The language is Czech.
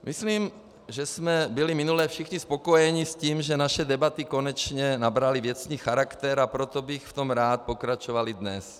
Myslím, že jsme byli minule všichni spokojeni s tím, že naše debaty konečně nabraly věcný charakter, a proto bych v tom rád pokračoval i dnes.